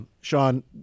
Sean